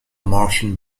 martian